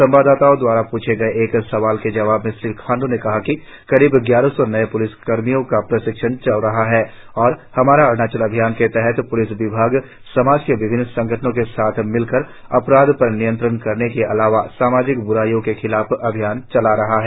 संवाददाताओ द्वारा पूछे गए एक सवाल के जवाब में श्री खांडू ने कहा कि करीब ग्यारह सौ नए प्लिस कर्मियों का प्रशिक्षण चल रहा है और हमारा अरुणाचल अभियान के तहत प्लिस विभाग समाज के विभिन्न संगठनो के साथ मिलकर अपराध पर नियंत्रण करने के अलावा सामाजिक ब्राईयों के खिलाफ अभियान चला रही है